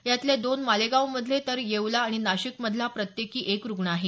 यातले दोन मालेगावमधले तर येवला आणि नाशिक मधला प्रत्येकी एक रुग्ण आहे